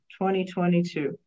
2022